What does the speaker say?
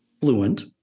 fluent